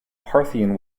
parthian